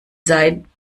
sein